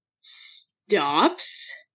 stops